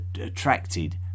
attracted